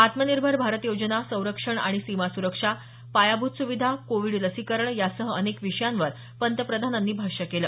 आत्मनिर्भर भारत योजना संरक्षण आणि सीमा सुरक्षा पायाभूत सुविधा कोविड लसीकरण यासह अनेक विषयांवर पंतप्रधानांनी भाष्य केलं